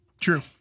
True